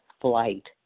Flight